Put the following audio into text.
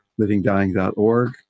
livingdying.org